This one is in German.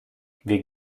wir